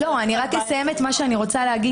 אני אסיים לומר את מה שאני רוצה לומר.